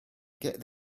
get